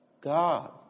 God